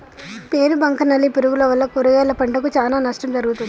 పేను బంక నల్లి పురుగుల వల్ల కూరగాయల పంటకు చానా నష్టం జరుగుతది